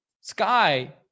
Sky